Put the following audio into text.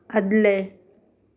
आदलें